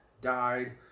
died